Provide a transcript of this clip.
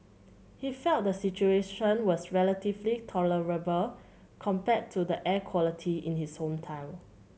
he felt the situation was relatively tolerable compared to the air quality in his hometown